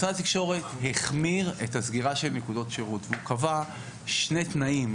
משרד התקשורת החמיר את הסגירה של נקודות שירות והוא קבע שני תנאים,